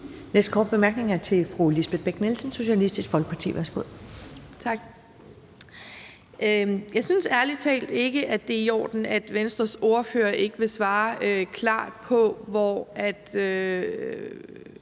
der en kort bemærkning til fru Lisbeth Bech-Nielsen, Socialistisk Folkeparti. Værsgo. Kl. 10:55 Lisbeth Bech-Nielsen (SF): Tak. Jeg synes ærlig talt ikke, at det er i orden, at Venstres ordfører ikke vil svare klart på, hvor